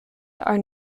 are